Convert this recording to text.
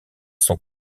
son